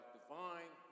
divine